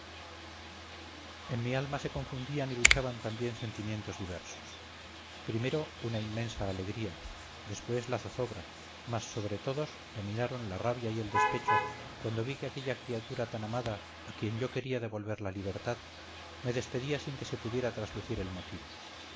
en mi alma se confundían y luchaban también sentimientos diversos primero una inmensa alegría después la zozobra mas sobre todos dominaron la rabia y el despecho cuando vi que aquella criatura tan amada a quien yo quería devolver la libertad me despedía sin que se pudiera traslucir el motivo